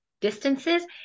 distances